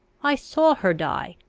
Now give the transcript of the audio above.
i saw her die.